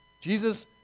Jesus